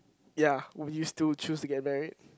ya would you still choose to get married